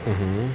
mmhmm